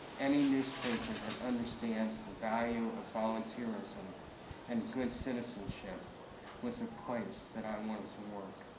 any newspaper that understands the value of volunteerism and good citizenship was a place that i wanted to work.